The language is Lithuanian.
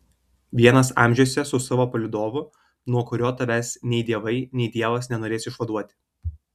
vienas amžiuose su savo palydovu nuo kurio tavęs nei dievai nei dievas nenorės išvaduoti